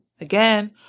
Again